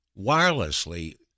wirelessly